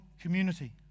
community